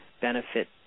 benefit